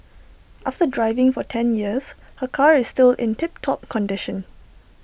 after driving for ten years her car is still in tip top condition